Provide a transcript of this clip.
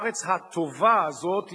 הארץ הטובה הזאת,